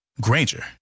Granger